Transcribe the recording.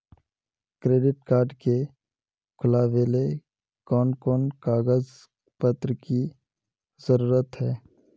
Credit card के खुलावेले कोन कोन कागज पत्र की जरूरत है?